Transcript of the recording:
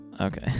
Okay